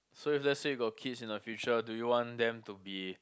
so if let's say you got kids in the future do you want them to be